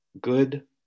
Good